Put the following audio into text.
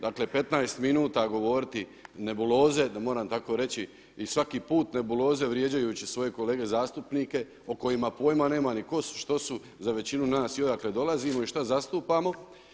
Dakle, 15 minuta govoriti nebuloze da moram tako reći i svaki put nebuloze vrijeđajući svoje kolege zastupnike o kojima pojma nema ni ko su, što su za većinu nas i odakle dolazimo i šta zastupamo.